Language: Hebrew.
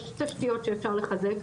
יש תשתיות שאפשר לחזק,